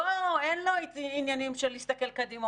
אין לו עניינים של להסתכל קדימה.